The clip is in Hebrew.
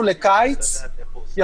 לקיץ,